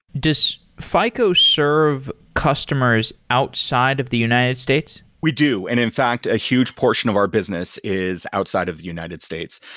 does fico serve customers outside of the united states? we do. and in fact a huge portion of our business is outside of the united states.